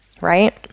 right